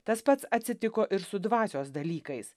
tas pats atsitiko ir su dvasios dalykais